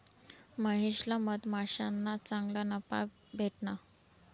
महेशले मधमाश्याना चांगला नफा भेटना